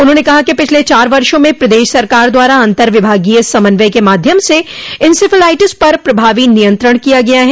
उन्होंने कहा कि पिछले चार वषां में प्रदेश सरकार द्वारा अन्तर विभागीय समन्वय के माध्यम से इंसेफेलाइटिस पर प्रभावी नियंत्रण किया गया है